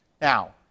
Now